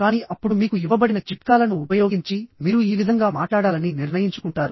కానీ అప్పుడు మీకు ఇవ్వబడిన చిట్కాలను ఉపయోగించి మీరు ఈ విధంగా మాట్లాడాలని నిర్ణయించుకుంటారు